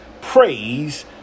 praise